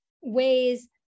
ways